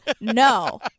no